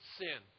sin